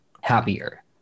happier